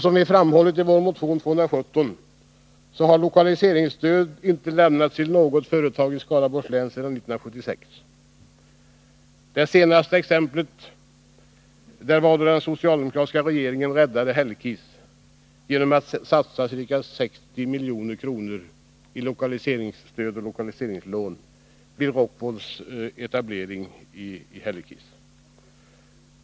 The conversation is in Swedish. Som vi framhållit i vår motion 217 har lokaliseringsstöd inte lämnats till något företag i Skaraborgs län sedan 1976. Det senaste exemplet var då den socialdemokratiska regeringen räddade Hällekis genom att satsa ca 60 milj.kr. på lokaliseringsstöd och lokaliseringslån för Rockwools etablering där.